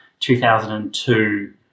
2002